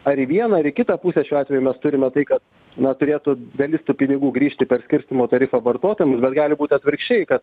ar į vieną ar į kitą pusę šiuo atveju mes turime tai kad na turėtų dalis tų pinigų grįžti per skirstymo tarifą vartotojams gal gali būt atvirkščiai kad